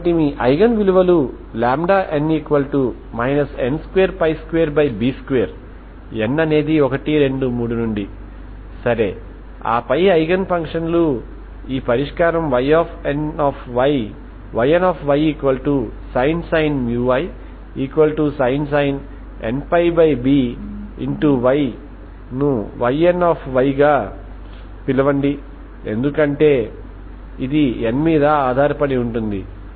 t 0 వద్ద రాడ్ ఉష్ణోగ్రత విలువ ux0f బౌండరీ కండిషన్ లు ఇప్పుడు ux0tk1u0t0కాబట్టి హీట్ బయటకు వెళ్తుంది లేదా లోపలికి వస్తోంది x0 బౌండరీ వద్దకొంత మార్పిడి జరుగుతోంది 0 ఇది ఒక బౌండరీ కండిషన్ ఇతర బౌండరీ కండిషన్ కూడా ఇలాగే ఒకేలా ఉంటుందిuxLtk2uLt0